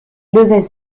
levait